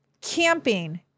camping